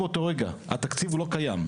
התקציב הוא לא קיים.